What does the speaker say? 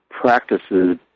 practices